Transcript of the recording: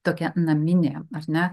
tokia naminė ar ne